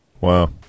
Wow